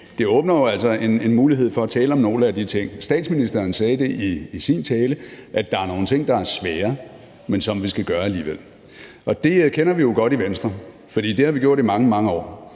det åbner jo altså en mulighed for at tale om nogle af de ting. Statsministeren sagde det i sin tale, nemlig at der er nogle ting, der er svære, men som vi skal gøre alligevel. Og det kender vi jo godt i Venstre, for det har vi gjort i mange, mange år.